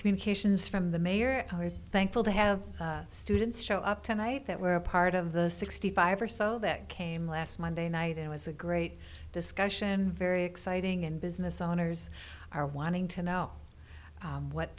communications from the mayor our thankful to have students show up tonight that were part of the sixty five or so that came last monday night it was a great discussion very exciting and business owners are wanting to know what